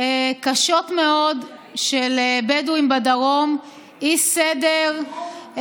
קשות מאוד של בדואים בדרום, אי-סדר,